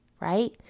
right